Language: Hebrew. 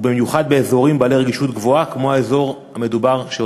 ובמיוחד באזורים בעלי רגישות גבוהה כמו האזור שציינת.